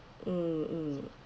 mm mm